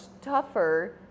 tougher